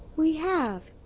we have.